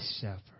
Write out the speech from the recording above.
shepherd